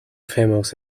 famous